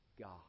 God